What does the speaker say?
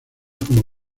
como